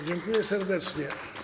Dziękuję serdecznie.